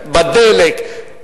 בדלק,